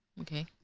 Okay